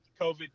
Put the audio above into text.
COVID